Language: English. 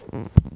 um